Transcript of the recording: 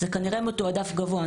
זה כנראה מתועדף גבוה.